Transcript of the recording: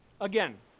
again